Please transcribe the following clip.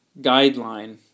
guideline